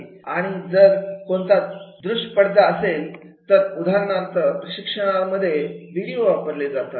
आणि जर कोणता दृश्य पडदा असेल तर उदाहरणार्थ प्रशिक्षणामध्ये व्हिडीओ वापरले जातात